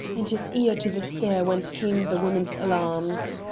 and his ear to the stair whence came the woman's alarms.